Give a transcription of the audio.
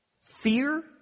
Fear